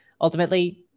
Ultimately